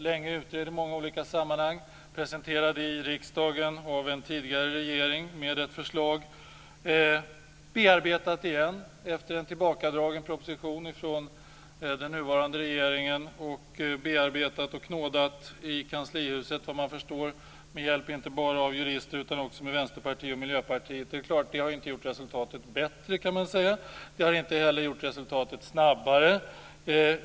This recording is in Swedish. Detta har utretts länge i många olika sammanhang och presenterats i riksdagen av en tidigare regering med ett förslag, bearbetats igen efter en tillbakadragen proposition från den nuvarande regeringen och bearbetats och knådats i kanslihuset med hjälp inte bara av jurister utan även av Vänsterpartiet och Miljöpartiet. Det är klart att det inte har gjort resultatet bättre, kan man säga. Det har inte heller lett till ett snabbare resultat.